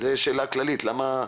זו שאלה כללית לכולם.